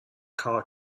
car